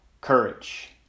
Courage